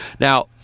Now